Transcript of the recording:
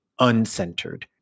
uncentered